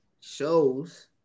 shows